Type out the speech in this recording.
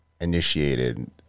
initiated